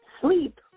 sleep